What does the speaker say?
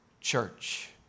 church